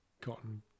gotten